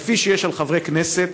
כפי שיש על חברי כנסת,